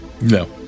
No